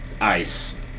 ice